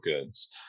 goods